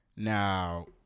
Now